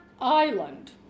island